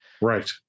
right